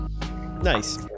Nice